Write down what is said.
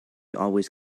always